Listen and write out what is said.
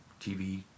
TV